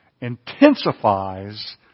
intensifies